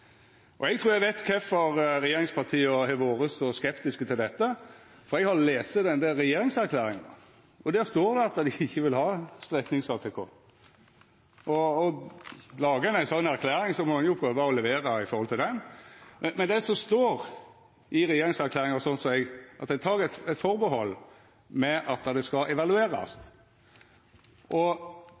tiltak. Eg trur eg veit kvifor regjeringspartia har vore så skeptiske til dette, for eg har lese regjeringserklæringa, og der står det at dei ikkje vil ha streknings-ATK. Lagar ein ei sånn erklæring, må ein jo prøva å levera. Men det som står i regjeringserklæringa, sånn som eg ser det, er at ein tek eit atterhald om at det skal evaluerast. Det me har meint, er jo at det har vore evalueringar, og